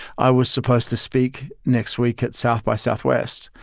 i was supposed to speak next week at south by southwest,